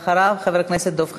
ואחריו, חבר הכנסת דב חנין.